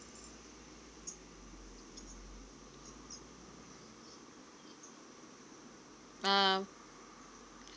uh